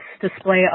display